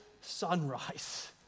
sunrise